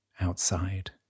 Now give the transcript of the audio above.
outside